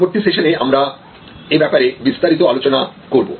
পরবর্তী সেশানে আমরা এ ব্যাপারে বিস্তারিত আলোচনা করব